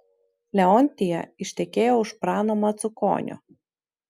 leontija ištekėjo už prano macukonio